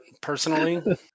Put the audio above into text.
personally